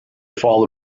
fall